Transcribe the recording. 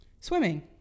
swimming